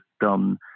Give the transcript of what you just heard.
done